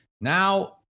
Now